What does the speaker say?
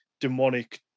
demonic